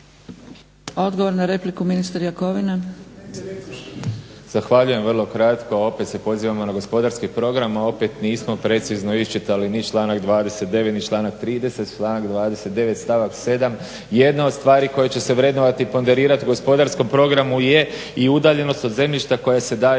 Odgovor na repliku ministar Jakovina. **Jakovina, Tihomir (SDP)** Zahvaljujem. Vrlo kratko. Opet se pozivamo na gospodarski program, a opet nismo precizno iščitali ni članak 29.ni članak 30. Članak 29.stavak 7. "Jedna od stvari koje će se vrednovati ponderirat gospodarskom programu je i udaljenost od zemljišta koja se daju